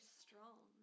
strong